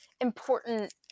important